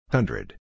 Hundred